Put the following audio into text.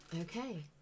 Okay